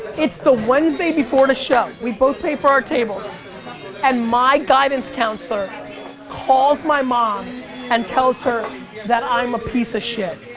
it's the wednesday before the show. we both pay for our tables and my guidance counselor calls my mom and tells her that i'm a piece of shit.